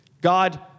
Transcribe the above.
God